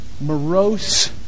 morose